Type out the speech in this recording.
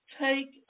take